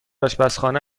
آشپزخانه